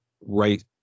right